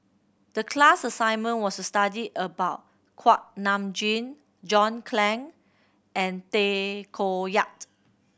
the class assignment was to study about Kuak Nam Jin John Clang and Tay Koh Yat